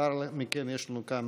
לאחר מכן יש לנו כאן